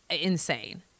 insane